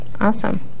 Awesome